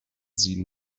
sie